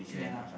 yeah